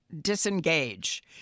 disengage